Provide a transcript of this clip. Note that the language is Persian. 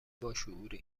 باشعوری